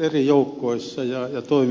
eri joukkueessa ja toimivat toisiaan vastaan